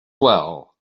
well